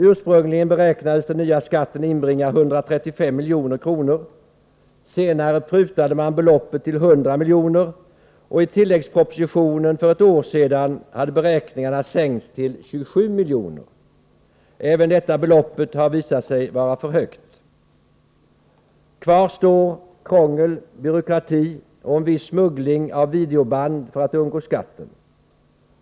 Ursprungligen beräknades den nya skatten inbringa 135 milj.kr. Senare prutade man beloppet till 100 milj.kr., och i tilläggspropositionen för ett år sedan hade beräkningarna sänkts till 27 milj.kr. Även det beloppet har visat sig vara för högt. Kvar står krångel, byråkrati och en viss smuggling av videoband för att undgå skatten.